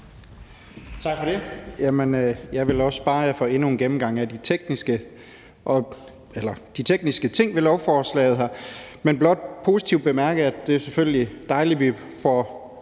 Tak for det. Jeg vil også spare jer for endnu en gennemgang af de tekniske ting ved lovforslaget, men blot som noget positivt bemærke, at det selvfølgelig er dejligt, at vi får